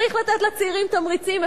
צריך לתת לצעירים תמריצים.